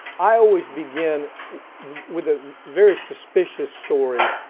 i always begin with a very suspicious story,